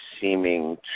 seeming